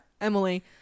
Emily